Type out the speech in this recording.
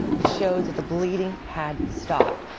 it showed that the bleeding had stopped.